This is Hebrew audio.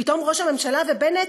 פתאום ראש הממשלה ובנט